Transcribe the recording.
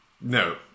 No